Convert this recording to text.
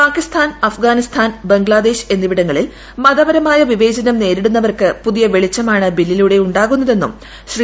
പാകിസ്ഥാൻ അഫ്ഗാനിസ്ഥാൻ ബംഗ്ലാദേശ് എന്നിവിടങ്ങളിൽ മതപരമായ വിവേചനം നേരിടുന്നവർക്ക് പുതിയ വെളിച്ചുമാണ് ബില്ലിലൂടെ ഉണ്ടാകുന്നതെന്നും ശ്രീ